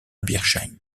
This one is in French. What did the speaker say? bischheim